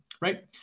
right